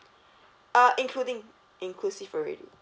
uh including inclusive already